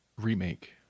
remake